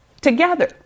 together